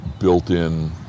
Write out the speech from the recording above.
built-in